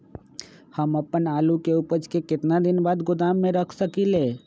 हम अपन आलू के ऊपज के केतना दिन बाद गोदाम में रख सकींले?